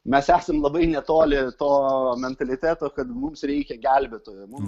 mes esam labai netoli to mentaliteto kad mums reikia gelbėtojo mums